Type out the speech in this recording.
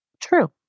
True